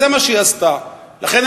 לכן,